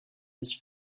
his